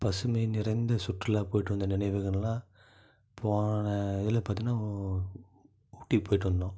பசுமை நிறைந்த சுற்றுலா போயிட்டு வந்த நினைவுகள்னால் போன இதில் பார்த்தீங்கன்னா ஊட்டி போயிட்டு வந்தோம்